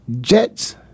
Jets